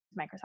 Microsoft